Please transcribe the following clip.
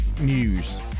news